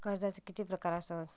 कर्जाचे किती प्रकार असात?